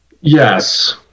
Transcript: Yes